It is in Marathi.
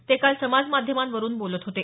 ते काल समाज माध्यमांवरून बोलत होते